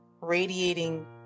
radiating